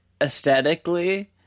aesthetically